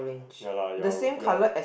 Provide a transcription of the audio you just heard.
ya lah your your